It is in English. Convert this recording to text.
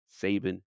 Saban